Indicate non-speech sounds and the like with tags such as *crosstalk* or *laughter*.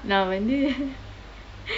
நான் வந்து:naan vanthu *laughs*